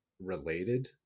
related